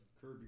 Curb